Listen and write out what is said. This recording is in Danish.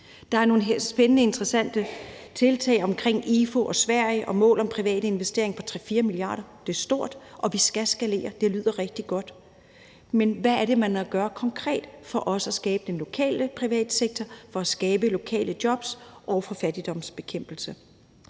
Der er nogle spændende og interessante tiltag vedrørende IFU og Sverige og mål om private investeringer på 3-4 mia. kr. Det er stort, og vi skal skalere. Det lyder rigtig godt. Men hvad er det, man vil gøre konkret for også at skabe den lokale privatsektor, for at skabe lokale jobs over for fattigdomsbekæmpelse?